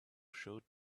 showed